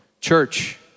Church